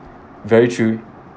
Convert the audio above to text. very chewy